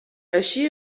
així